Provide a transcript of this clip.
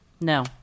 No